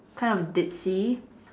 kind of ditzy